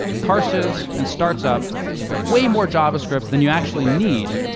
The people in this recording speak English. parses and starts up way more javascript than you actually need.